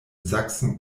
sachsen